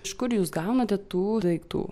iš kur jūs gaunate tų daiktų